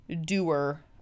doer